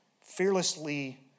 fearlessly